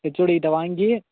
ஹெச்ஓடிகிட்ட வாங்கி